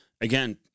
again